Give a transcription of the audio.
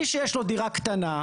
מי שיש לו דירה קטנה,